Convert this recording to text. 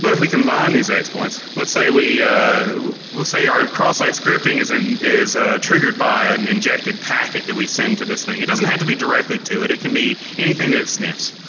but if we combine these exploits. say we will say our cross-site scripting is and is ah triggered by an injected packet that we send to this thing. it doesn't have to be directed to it it can be anything that sniffs.